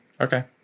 Okay